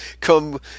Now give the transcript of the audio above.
come